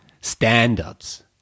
standards